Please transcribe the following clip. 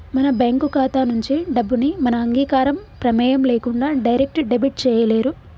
మన బ్యేంకు ఖాతా నుంచి డబ్బుని మన అంగీకారం, ప్రెమేయం లేకుండా డైరెక్ట్ డెబిట్ చేయలేరు